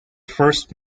first